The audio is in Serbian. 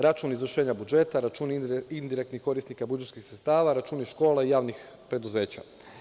Račun izvršenja budžeta, računi indirektnih korisnika budžetskih sredstava, računi škola i javnih preduzeća.